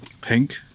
Pink